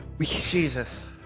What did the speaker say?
Jesus